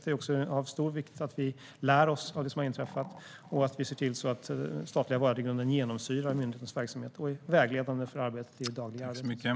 Det är av stor vikt att vi lär oss av det som har inträffat och att vi ser till att den statliga värdegrunden genomsyrar myndighetens verksamhet och är vägledande för det dagliga arbetet.